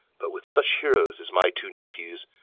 but with such heroes as my two nephews,